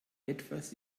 etwas